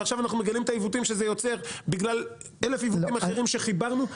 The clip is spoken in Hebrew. ואז מגלים את העיוותים שזה יוצר בגלל אלף עיוותים אחרים שחיברנו.